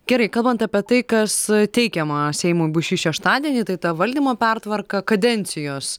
gerai kalbant apie tai kas teikiama seimui bus šį šeštadienį tai ta valdymo pertvarka kadencijos